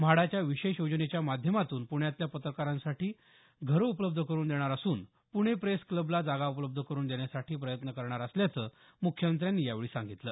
म्हाडाच्या विशेष योजनेच्या माध्यमातून प्ण्यातल्या पत्रकारांसाठी घरं उपलब्ध करून देणार असून पुणे प्रेस क्लबला जागा उपलब्ध करून देण्यासाठी प्रयत्न करणार असल्याचं मुख्यमंत्र्यांनी सांगितलं